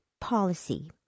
policy